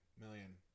million